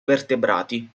vertebrati